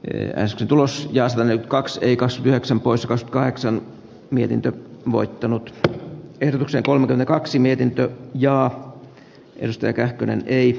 eräskin tulos ja se meni kaks rikas ja sen pois kaheksan mietintö moittinut ehdotuksen kolmantena kaksi mietintö ja edistää kähkönen ei